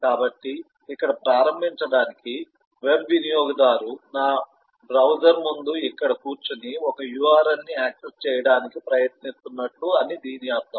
కాబట్టి ఇక్కడ ప్రారంభించడానికి వెబ్ వినియోగదారు నా బ్రౌజర్ ముందు ఇక్కడ కూర్చుని ఒక URL ని యాక్సెస్ చేయడానికి ప్రయత్నిస్తున్నట్లు అని దీని అర్ధం